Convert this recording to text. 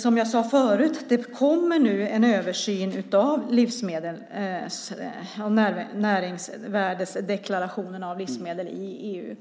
Som jag sade förut kommer det nu en översyn av näringsvärdesdeklarationerna av livsmedel i EU.